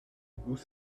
vous